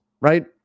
right